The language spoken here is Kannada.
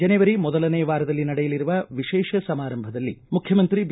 ಜನೆವರಿ ಮೊದಲನೇ ವಾರದಲ್ಲಿ ನಡೆಯಲಿರುವ ವಿಶೇಷ ಸಮಾರಂಭದಲ್ಲಿ ಮುಖ್ಯಮಂತ್ರಿ ಬಿ